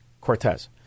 Cortez